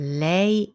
lei